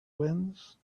winds